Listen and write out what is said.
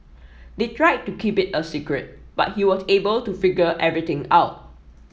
they tried to keep it a secret but he was able to figure everything out